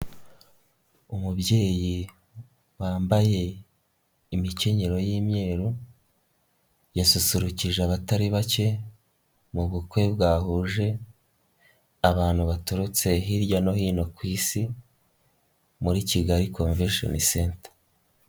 Umubyeyi bambaye imikenyero y'imyeru, yasusurukije abatari bake mu bukwe bwahuje abantu baturutse hirya no hino ku isi, muri Kigali Convention Centre.